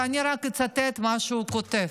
אני רק אצטט את מה שהוא כותב: